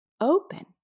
open